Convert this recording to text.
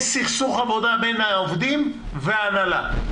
יש סכסוך עבודה בין העובדים להנהלה.